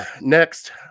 Next